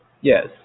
Yes